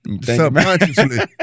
subconsciously